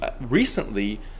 recently